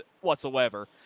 whatsoever